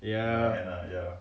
ya